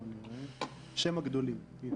מגדלים שאין